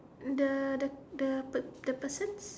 the the the the person's